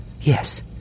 Yes